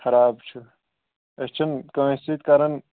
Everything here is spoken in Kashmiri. خراب چھُ أسۍ چھِنہٕ کٲنٛسہِ سۭتۍ کَران